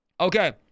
Okay